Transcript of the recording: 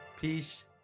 Peace